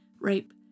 rape